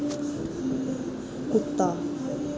कुत्ता